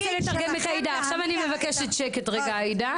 עכשיו אני מבקשת שקט רגע עאידה.